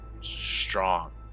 strong